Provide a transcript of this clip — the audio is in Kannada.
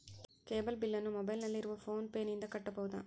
ಕೇಬಲ್ ಬಿಲ್ಲನ್ನು ಮೊಬೈಲಿನಲ್ಲಿ ಇರುವ ಫೋನ್ ಪೇನಿಂದ ಕಟ್ಟಬಹುದಾ?